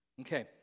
Okay